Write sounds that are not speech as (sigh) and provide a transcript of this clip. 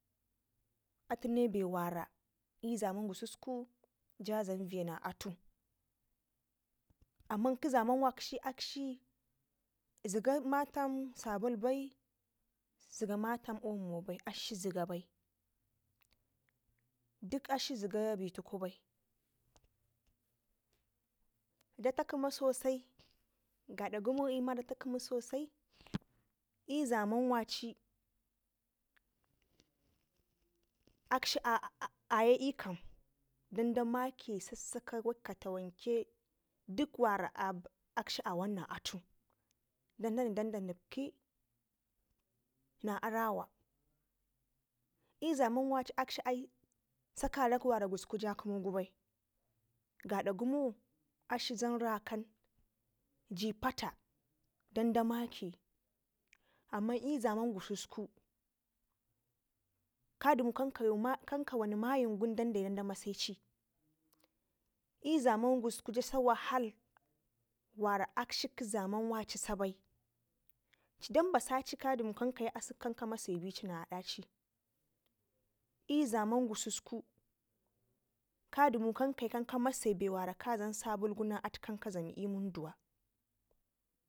atune be wara i'zaman gususku ja dlam viyya na atu amman ka zaman waci akshi ziga matam sabul bai zema tam omo bai akshi ziga bai dik akshi ziga betuku bai data gema sosai gadagəmo ima data gema sosai (noise) i'zaman waci akshi aye i'kana damake sassaka waka tawanke dik wara akshi awana na atu dan dani dan da nipƙi na arawa i'zaman waci ai sakarak wara gusku wa kunu bai gada gumo akshi dlam rakan ji pata danda make amman i'zaman gususku kadumu kanka wayə mayin gu dan dayi da maseci i'zaman gusku jasa wahal wara akshi ka zaman waci akshi sabai ci dambasaci kadu mu kan kayi asək kan ka mase bici na adaci i'zaman gususku kadumu na kamase be mawara dlam sabulgu na atui kan ka dlami i'wun duwa